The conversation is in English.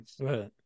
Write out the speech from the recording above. Right